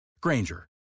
Granger